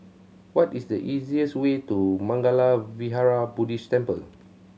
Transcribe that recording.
what is the easiest way to Mangala Vihara Buddhist Temple